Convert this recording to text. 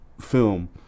film